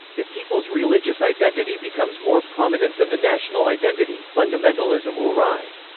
if people's religious identity becomes more prominent than the national identity, fundamentalism will rise.